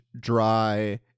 dry